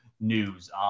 news